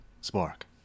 spark